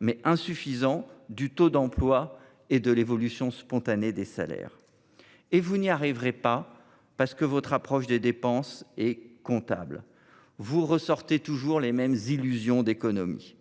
mais insuffisants, du taux d’emploi et de l’évolution spontanée des salaires. Vous n’y arriverez pas, parce que votre approche des dépenses est comptable. Elle repose toujours sur les mêmes illusions d’économies.